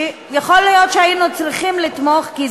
שיכול להיות שהיינו צריכים לתמוך בזה כי